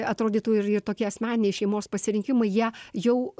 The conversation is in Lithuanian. atrodytų ir tokie asmeniniai šeimos pasirinkimai jie jau